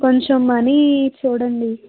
కొంచెం మనీ చూడండి